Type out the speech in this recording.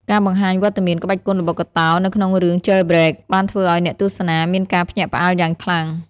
ការបង្ហាញវត្តមានក្បាច់គុនល្បុក្កតោនៅក្នុងរឿង "Jailbreak" បានធ្វើឲ្យអ្នកទស្សនាមានការភ្ញាក់ផ្អើលយ៉ាងខ្លាំង។